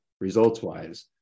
results-wise